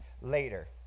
later